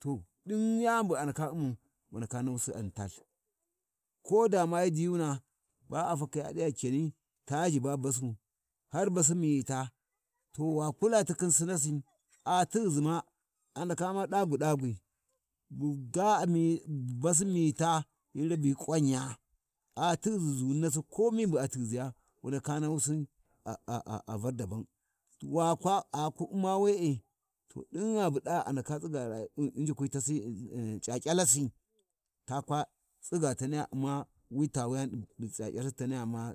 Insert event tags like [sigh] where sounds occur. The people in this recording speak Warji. ﻿To ɗin yanibu a ndaka U'mau, wu ndaka nahusi a u'n talth, ko dama hyi diyuna ba a fakhi a ɗi va cani ta ʒhiba basu, har basi miyita, to wa kulata khin Sinasi a tighiʒi ma a ndaka U'ma ɗagu-ɗagu ‘bu-bu’ bu basi miyita gyi Labi kwanya a tighiʒi ʒunvanasi komin bu a tighiziya, wu ndaka nahusi a [hesitation] Var daban, wa kwa a ku u'ma we’e, to ɗinghabu ɗa ba andaka tsiga vayu injikwi tasi, C’aC’alasi to kwa tsiga taniya U'ma wita wuyani ɗi tsarta taniya U'ma